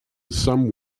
some